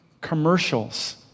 commercials